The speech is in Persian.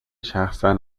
شخصا